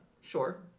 sure